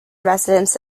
residents